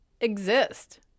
exist